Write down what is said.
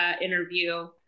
interview